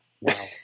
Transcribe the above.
Wow